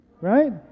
right